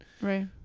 Right